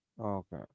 Okay